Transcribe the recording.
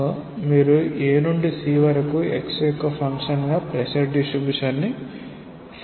కాబట్టి మీరు A నుండి C వరకు x యొక్క ఫంక్షన్ గా ప్రెషర్ డిస్ట్రిబ్యూషన్ ని కనుగొనవచ్చు